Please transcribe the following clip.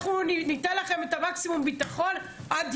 אנחנו ניתן לכם את מקסימום הביטחון עד